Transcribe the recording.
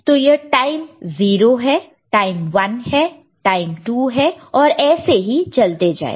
तो यह टाइम 0 है टाइम 1 है टाइम 2 है और ऐसे ही चलते जाएगा